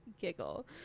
giggle